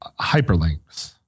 hyperlinks